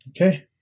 Okay